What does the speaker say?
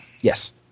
Yes